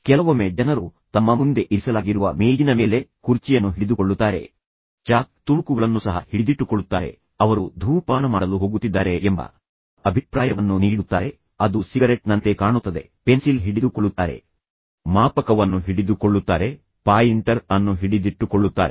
ಕೆಲವೊಮ್ಮೆ ಜನರು ತಮ್ಮ ಮುಂದೆ ಇರಿಸಲಾಗಿರುವ ಮೇಜಿನ ಮೇಲೆ ಕುರ್ಚಿಯನ್ನು ಹಿಡಿದುಕೊಳ್ಳುತ್ತಾರೆ ಚಾಕ್ ತುಣುಕುಗಳನ್ನು ಸಹ ಹಿಡಿದಿಟ್ಟುಕೊಳ್ಳುತ್ತಾರೆ ಅವರು ಧೂಮಪಾನ ಮಾಡಲು ಹೋಗುತ್ತಿದ್ದಾರೆ ಎಂಬ ಅಭಿಪ್ರಾಯವನ್ನು ನೀಡುತ್ತಾರೆ ಅದು ಸಿಗರೆಟ್ನಂತೆ ಕಾಣುತ್ತದೆ ವಸ್ತುಗಳನ್ನು ಪೆನ್ಸಿಲ್ ಅನ್ನು ಹಿಡಿದುಕೊಳ್ಳುತ್ತಾರೆ ಮಾಪಕವನ್ನು ಹಿಡಿದುಕೊಳ್ಳುತ್ತಾರೆ ಪಾಯಿಂಟರ್ ಅನ್ನು ಹಿಡಿದಿಟ್ಟುಕೊಳ್ಳುತ್ತಾರೆ